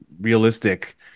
realistic